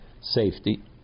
safety